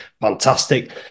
fantastic